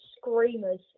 screamers